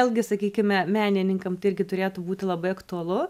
vėlgi sakykime menininkam tai irgi turėtų būti labai aktualu